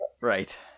Right